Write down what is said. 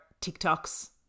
TikToks